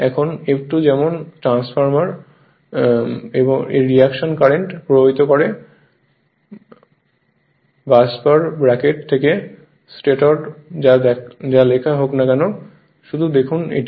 এখন F2 যেমন transformer এর রিঅ্যাকশন কারেন্ট প্রবাহিত করে বাসবার বন্ধনী থেকে স্টেটর যা লেখাই হোক না কেন শুধু দেখুন এটি